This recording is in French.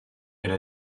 elle